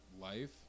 life